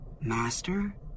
Master